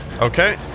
Okay